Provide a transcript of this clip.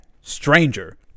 Stranger